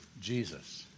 Jesus